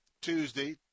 Tuesday